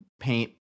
paint